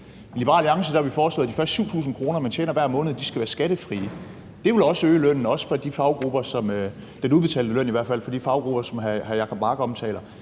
I Liberal Alliance har vi foreslået, at de første 7.000 kr., man tjener hver måned, skal være skattefrie. Det vil også øge lønnen – i hvert fald den udbetalte